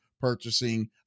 Purchasing